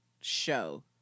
show